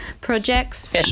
projects